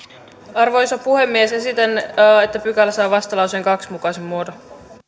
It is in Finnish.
arvoisa puhemies esitän että pykälä saa vastalauseen kahden mukaisen muodon